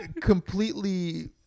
Completely